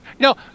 No